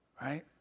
Right